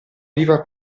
viva